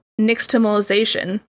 nixtamalization